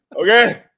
Okay